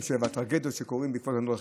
והטרגדיות בעקבות תאונות הדרכים.